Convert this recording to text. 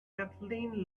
kathleen